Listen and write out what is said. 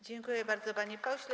Dziękuję bardzo, panie pośle.